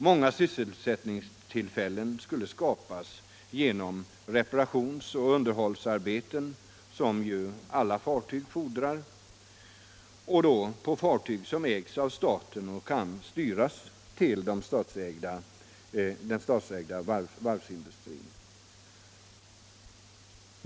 Många sysselsättningstillfällen skulle skapas bl.a. genom reparationsoch underhållsarbeten, som för fartyg som ägs av staten kan styras till den statsägda varvsindustrin.